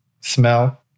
smell